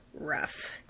rough